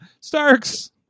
Starks